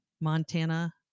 montana